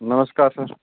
नमस्कार सर